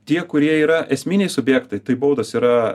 tie kurie yra esminiai subjektai tai baudos yra